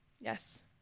Yes